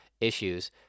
issues